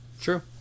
True